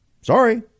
Sorry